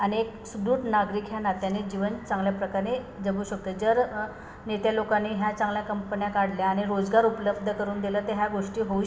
आणि एक सुदृढ नागरिक ह्या नात्याने जीवन चांगल्या प्रकाराने जगू शकतो जर नेते लोकांनी ह्या चांगल्या कंपन्या काढल्या आणि रोजगार उपलब्ध करून दिलं तर ह्या गोष्टी होऊ श